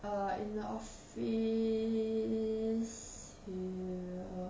err in the office err